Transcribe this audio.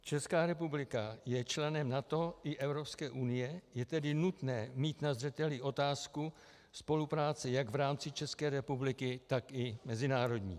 Česká republika je členem NATO i Evropské unie, je tedy nutné mít na zřeteli otázku spolupráce jak v rámci České republiky, tak i mezinárodní.